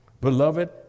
Beloved